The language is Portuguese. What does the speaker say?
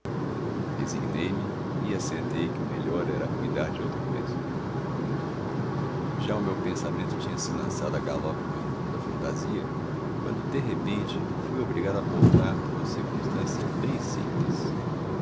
e assentei que o melhor era cuidar de outra coisa já o meu pensamento tinha-se lançado a galope pelo mundo da fantasia quando de repente fui obrigado a voltar por uma circunstância bem simples